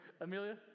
Amelia